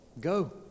Go